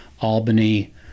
Albany